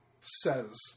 says